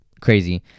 crazy